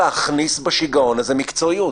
חייבים להכניס בשיגעון הזה מקצועיות.